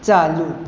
चालू